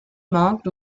marked